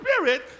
spirit